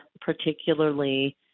particularly